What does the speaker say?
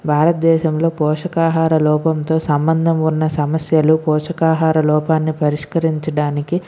భారతదేశంలో పోషకాహార లోపంతో సంబంధం ఉన్న సమస్యలు పోషకాహార లోపాన్ని పరిష్కరించడానికి